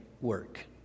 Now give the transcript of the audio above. work